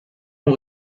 ont